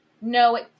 No